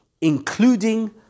including